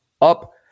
up